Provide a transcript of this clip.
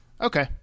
Okay